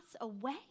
away